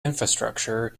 infrastructure